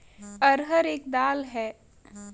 अरहर एक दाल है